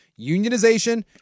unionization